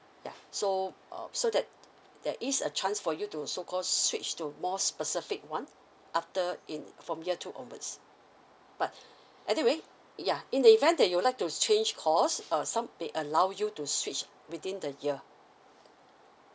yeah so uh so there there is a chance for you to so called switch to more specific [one] after in from year two onwards but anyway yeah in the event that you would like to change course uh some they allow you to switch within the year